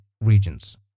regions